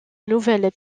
nouvelle